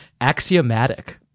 Axiomatic